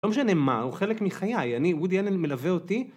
לא משנה מה, הוא חלק מחיי. אני, וודי אלן מלווה אותי.